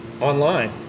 online